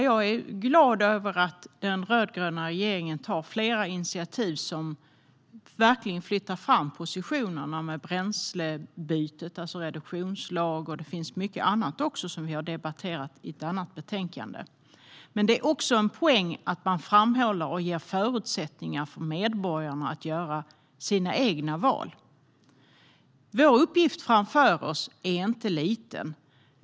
Jag är glad över att den rödgröna regeringen tar flera initiativ som verkligen flyttar fram positionerna med bränslebyte, det vill säga reduktionslag, och andra frågor som vi har debatterat i ett annat betänkande. Det är också en poäng att framhålla frågan och ge förutsättningar för medborgarna att göra sina egna val. Den uppgift vi har framför oss är inte liten.